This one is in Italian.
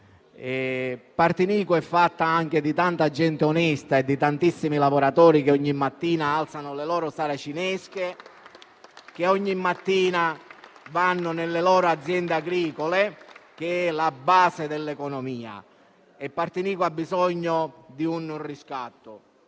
Partinico è fatta anche di tanta gente onesta e di tantissimi lavoratori che ogni mattina alzano le saracinesche delle loro attività e vanno nelle loro aziende agricole che sono la base dell'economia locale. Partinico ha bisogno di un riscatto.